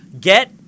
get